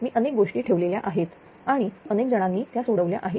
मी अनेक गोष्टी ठेवलेल्या आहेत आणि अनेक जणांनी त्या सोडवल्या आहेत